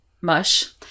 Mush